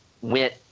went